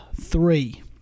three